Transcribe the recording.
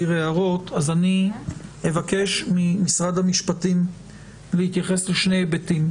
אני אבקש ממשרד המשפטים להתייחס לשני היבטים: